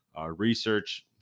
research